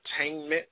Entertainment